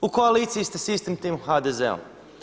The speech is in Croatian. U koaliciji ste s istim tim HDZ-om.